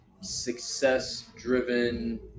success-driven –